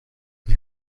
een